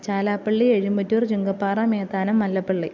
Chalappally Ezhumpattoor Chungappara Methanam Mallappally